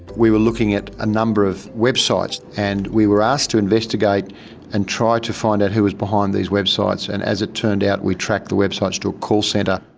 we were looking at a number of websites and we were asked to investigate and try to find out who was behind these websites and as it turned out we tracked the websites to a call centre.